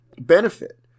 benefit